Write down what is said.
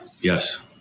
Yes